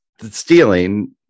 stealing